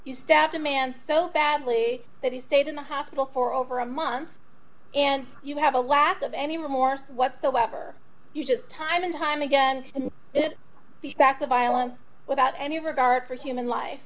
you stepped a man so badly that he stayed in the hospital for over a month and you have a lack of any remorse whatsoever you just time and time again it back to violence without any regard for human life